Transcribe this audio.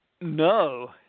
No